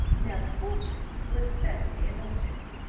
now the fortune was certainly an object.